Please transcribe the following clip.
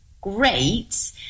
great